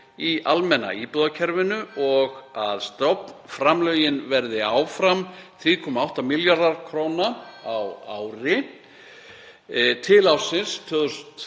í almenna íbúðakerfinu og að stofnframlögin verði áfram 3,8 milljarðar kr. á ári til ársins